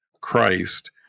Christ